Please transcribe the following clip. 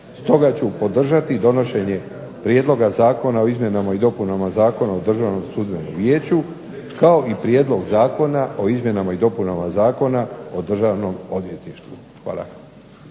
Stoga ću podržati donošenje prijedlog Zakona o izmjenama i dopunama Zakona o Državnom sudbenom vijeću kao i prijedlog Zakona o izmjenama i dopunama Zakona o Državnom odvjetništvu. Hvala.